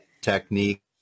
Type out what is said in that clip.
technique